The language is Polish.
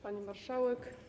Pani Marszałek!